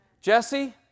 Jesse